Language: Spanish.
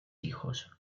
hijos